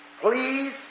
Please